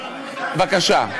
בבקשה.